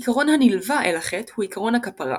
עקרון הנלווה אל החטא הוא עקרון הכפרה.